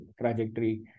trajectory